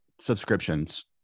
subscriptions